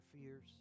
fears